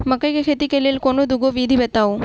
मकई केँ खेती केँ लेल कोनो दुगो विधि बताऊ?